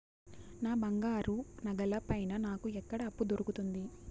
నా బంగారు నగల పైన నాకు ఎక్కడ అప్పు దొరుకుతుంది